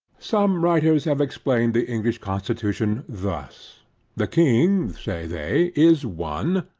some writers have explained the english constitution thus the king, say they, is one,